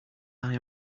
lie